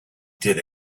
did